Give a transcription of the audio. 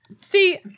See